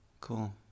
Cool